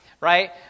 right